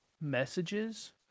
messages